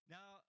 Now